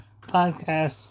podcast